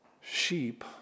sheep